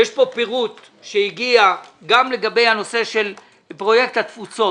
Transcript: יש פה פירוט שהגיע גם לגבי הנושא של פרויקט התפוצות,